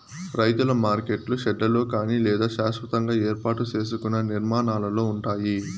రైతుల మార్కెట్లు షెడ్లలో కానీ లేదా శాస్వతంగా ఏర్పాటు సేసుకున్న నిర్మాణాలలో ఉంటాయి